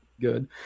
good